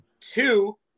two